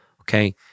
Okay